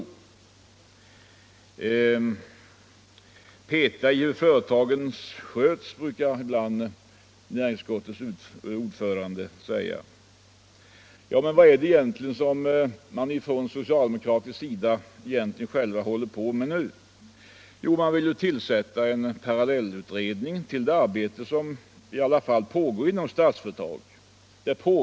Vi petar i företagens skötsel, brukar näringsutskottets ordförande säga. Ja, men vad är det egentligen som socialdemokraterna själva håller på med nu? Jo, de vill tillsätta en parallellutredning till det arbete som faktiskt pågår inom Statsföretag AB.